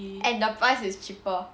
and their price is cheaper